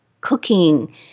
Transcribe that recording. cooking